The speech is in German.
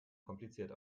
kompliziert